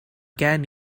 gen